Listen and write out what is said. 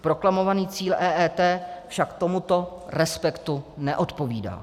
Proklamovaný cíl EET však tomuto respektu neodpovídá.